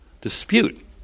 dispute